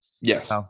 Yes